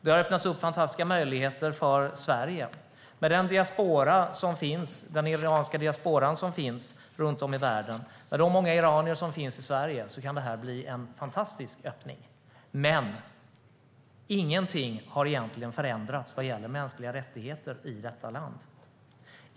Det har därmed öppnats fantastiska möjligheter för Sverige. Med den iranska diaspora som finns runt om i världen och med de många iranier som finns i Sverige kan det här bli en fantastisk öppning. Men ingenting har egentligen förändrats vad gäller mänskliga rättigheter i detta land.